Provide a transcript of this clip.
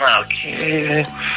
Okay